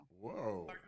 Whoa